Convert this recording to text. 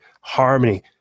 harmony